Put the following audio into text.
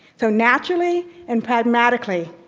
so naturally and pragmatically,